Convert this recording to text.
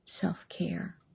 self-care